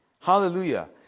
Hallelujah